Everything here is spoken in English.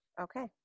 Okay